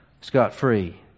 scot-free